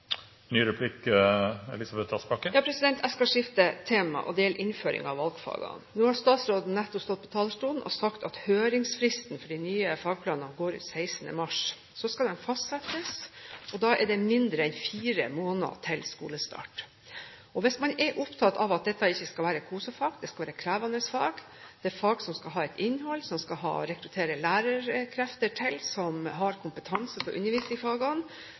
Jeg skal skifte tema. Det gjelder innføring av valgfagene. Nå har statsråden nettopp stått på talerstolen og sagt at høringsfristen for de nye fagplanene går ut 16. mars. Så skal de fastsettes. Da er det mindre enn fire måneder til skolestart. Hvis man er opptatt av at dette ikke skal være kosefag, det skal være krevende fag, fag som skal ha et innhold, og hvor man skal rekruttere lærekrefter som har kompetanse til å undervise i disse fagene,